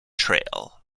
trail